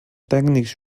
tècnics